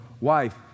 wife